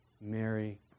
Mary